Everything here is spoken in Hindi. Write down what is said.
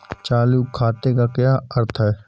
चालू खाते का क्या अर्थ है?